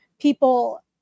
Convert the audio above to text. people